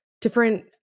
different